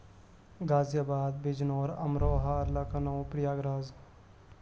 غازی آباد بجنور امروہہ لکھنؤ پریاگ راج